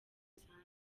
rusange